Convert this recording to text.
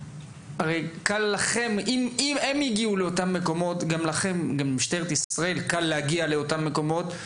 אם הם הגיעו לאותם מקומות אז גם למשטרת ישראל קל להגיע לאותם מקומות.